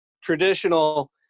traditional –